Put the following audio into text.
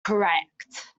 correct